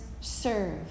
Serve